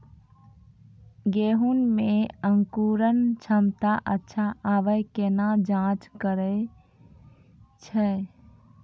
गेहूँ मे अंकुरन क्षमता अच्छा आबे केना जाँच करैय छै?